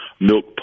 milk